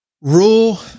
rule